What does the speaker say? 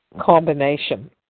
combination